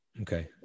okay